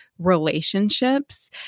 relationships